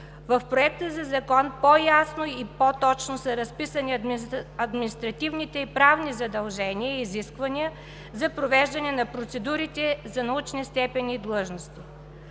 В Проекта за Закон по-ясно и по-точно са разписани административните и правни задължения и изисквания за провеждане на процедурите за научни степени и длъжности.